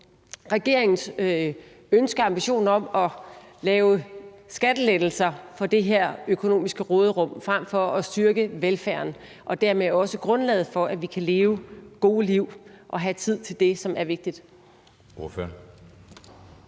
regeringens ønske og ambition om at lave skattelettelser for det her økonomiske råderum frem for at styrke velfærden og dermed også grundlaget for, at vi kan leve gode liv og have tid til det, som er vigtigt?